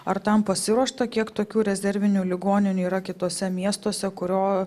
ar tam pasiruošta kiek tokių rezervinių ligoninių yra kituose miestuose kurio